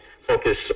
focus